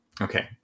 Okay